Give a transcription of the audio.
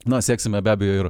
na seksime be abejo ir